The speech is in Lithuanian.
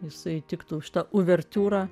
jisai tiktų už tą uvertiūrą